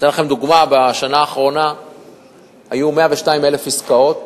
אני אתן לכם דוגמה: בשנה האחרונה היו 102,000 עסקאות,